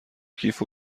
کیف